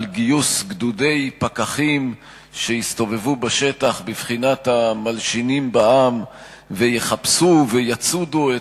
על גיוס גדודי פקחים שיסתובבו בשטח בבחינת המלשינים בעם ויחפשו ויצודו את